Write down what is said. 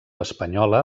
espanyola